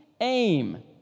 aim